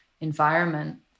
environment